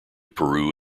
peru